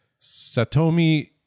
Satomi